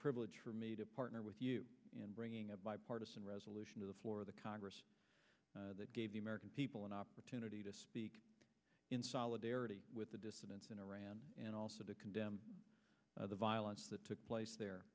privilege for me to partner with you in bringing a bipartisan resolution to the floor of the congress that gave the american people an opportunity to speak in solidarity with the dissidents in iran and also to condemn the violence that took place there